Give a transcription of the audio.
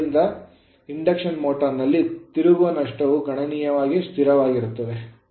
ಆದ್ದರಿಂದ induction motor ನಲ್ಲಿ ತಿರುಗುವ ನಷ್ಟವು ಗಣನೀಯವಾಗಿ ಸ್ಥಿರವಾಗಿದೆ